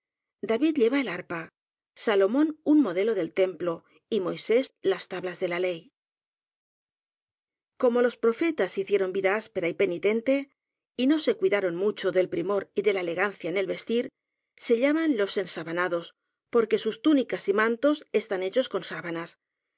david lleva el arpa salomón un modelo del templo y moisés las ta blas de la ley como los profetas hicieron vida áspera y penitente y no se cuidaron mucho del primor y de la elegancia en el vestir se llaman los ensabanados porque sus túnicas y mantos están hechos con